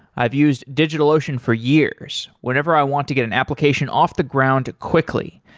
i've used digitalocean for years whenever i want to get an application off the ground quickly,